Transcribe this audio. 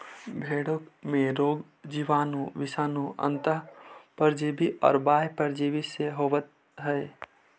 भेंड़ों में रोग जीवाणु, विषाणु, अन्तः परजीवी और बाह्य परजीवी से होवत हई